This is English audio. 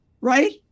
right